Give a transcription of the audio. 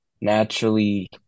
naturally